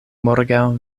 morgaŭ